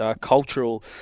cultural